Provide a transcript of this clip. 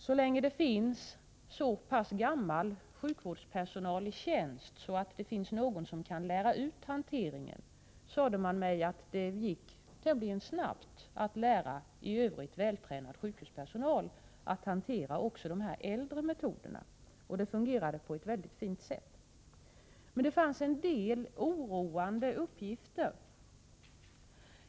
Så länge det finns så gammal sjukvårdspersonal i tjänst att det finns någon som kan lära ut hanteringen gick det, sade man mig, tämligen snabbt att lära i övrigt vältränad sjukhuspersonal att hantera också de äldre metoderna, och det fungerade på ett väldigt fint sätt. Men det lämnades en del oroande uppgifter.